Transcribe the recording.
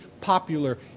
popular